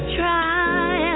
try